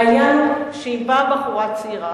העניין הוא שאם באה בחורה צעירה,